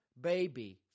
baby